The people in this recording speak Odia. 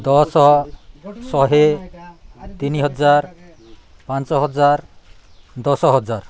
ଦଶ ଶହେ ତିନି ହଜାର ପାଞ୍ଚ ହଜାର ଦଶ ହଜାର